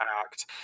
act